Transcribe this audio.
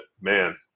man